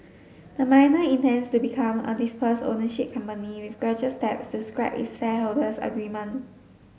the miner intends to become a dispersed ownership company with gradual steps to scrap its shareholders agreement